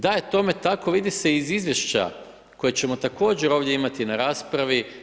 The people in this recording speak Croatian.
Da je tome tako vidi se iz izvješća koje ćemo također ovdje imati na raspravi.